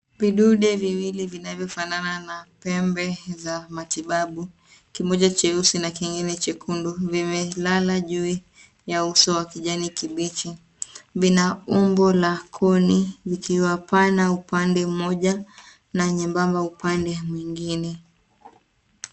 Vidude viwili vinavyo fanana na pembe za matibabu kimoja cheusi na kingine chekundu vimelala juu ya uso wa kijani kibichi. Vina umbo la koni vikiwa pana upande mmoja na nyembamba upande mwingine.